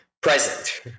present